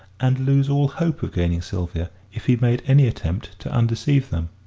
and lose all hope of gaining sylvia if he made any attempt to undeceive them.